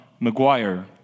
McGuire